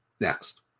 next